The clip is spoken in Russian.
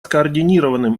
скоординированным